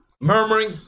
murmuring